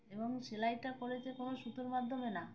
এবং সেলাইটা করেছে কোনো সুতোর মাধ্যমে না